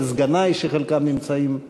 כל סגני שחלקם נמצאים כאן,